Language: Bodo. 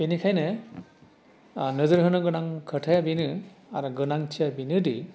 बेनिखायनो नोजोर होनो गोनां खोथाया बेनो आरो गोनांथिया बेनोदि